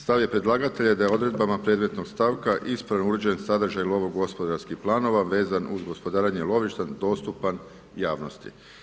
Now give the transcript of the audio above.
Stav je predlagatelja da je odredbama predmetnog stavka ispravno uređen sadržaj lovo gospodarskih planova vezan uz gospodarenje lovištem dostupan javnosti.